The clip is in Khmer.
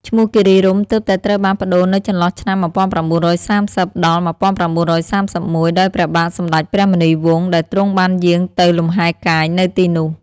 ឈ្មោះ "គិរីរម្យ" ទើបតែត្រូវបានប្ដូរនៅចន្លោះឆ្នាំ ១៩៣០-១៩៣១ ដោយព្រះបាទសម្តេចព្រះមុនីវង្ស ដែលទ្រង់បានយាងទៅលំហែកាយនៅទីនោះ។